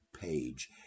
page